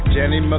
Jenny